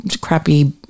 crappy